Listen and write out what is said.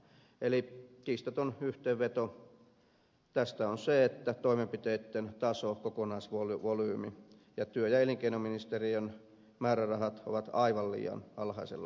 eli kiistaton yhteenveto tästä on se että toimenpiteitten taso kokonaisvolyymi ja työ ja elinkeinoministeriön määrärahat ovat aivan liian alhaisella tasolla